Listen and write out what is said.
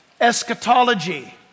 Eschatology